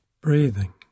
breathing